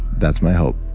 that's my hope